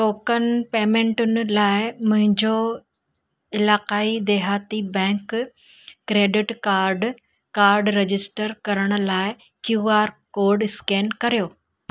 token पेमेंटुनि लाइ मुंहिंजो इलाक़ाई देहाती bank credit card card register करण लाइ क्यू आर कोड स्केन करियो